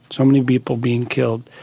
so many people being killed,